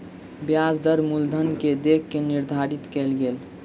ब्याज दर मूलधन के देख के निर्धारित कयल गेल